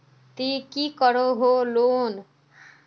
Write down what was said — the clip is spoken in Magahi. ती की करोहो लोन?